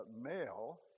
Male